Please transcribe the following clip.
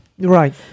Right